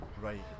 Right